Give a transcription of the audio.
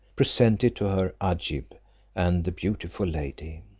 presented to her agib and the beautiful lady.